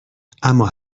اما